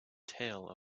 tale